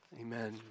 Amen